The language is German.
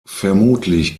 vermutlich